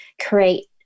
create